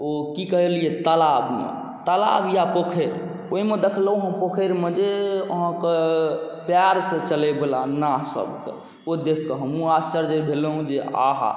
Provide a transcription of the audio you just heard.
ओ कि कहलिए तालाबमे तालाब या पोखरि ओहिमे देखलहुँ पोखरिमे जे अहाँके पाएरसँ चलैवला नाह सबके ओ देखिक हमहूँ आश्चर्य भेलहुँ जे आहा